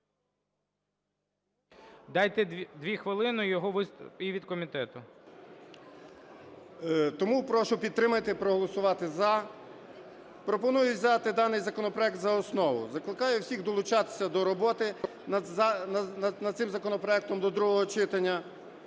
Дайте дві хвилини його… І від комітету. 10:42:48 МАРУСЯК О.Р. Тому прошу підтримати і проголосувати "за", пропоную взяти даний законопроект за основу. Закликаю всіх долучатися до роботи над цим законопроектом до другого читання.